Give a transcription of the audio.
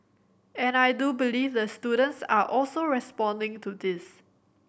and I do believe the students are also responding to this